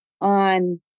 on